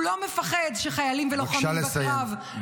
הוא לא מפחד שחיילים ולוחמים בקרב --- בבקשה לסיים.